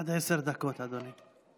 עד עשר דקות, אדוני.